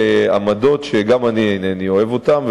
לעמדות שגם אני אינני אוהב אותן,